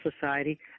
society